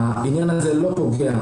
העניין הזה לא פוגע